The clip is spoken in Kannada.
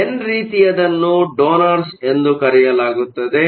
ಎನ್ ರೀತಿಯದನ್ನು ಡೋನರ್ಸ ಎಂದು ಕರೆಯಲಾಗುತ್ತದೆ